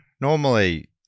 normally